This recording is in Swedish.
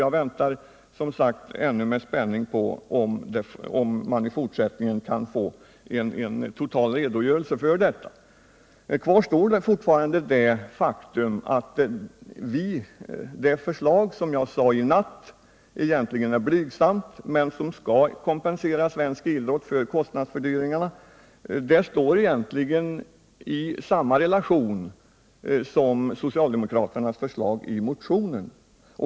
Jag väntar som sagt ännu med spänning på en total redogörelse för detta. Kvar står fortfarande det faktum att det förslag som jag i går kväll påstod vara blygsamt men som skall kompensera svensk idrott för kostnadsfördyrningarna har samma innebörd som socialdemokraternas förslag i motionen.